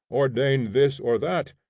ordain this or that,